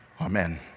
Amen